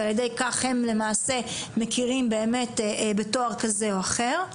ועל ידי כך הם למעשה מכירים באמת בתואר כזה או אחר.